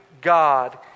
God